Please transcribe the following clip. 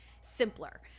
simpler